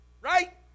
Right